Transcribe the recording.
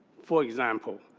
for example,